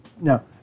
no